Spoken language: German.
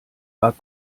war